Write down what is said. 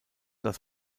dass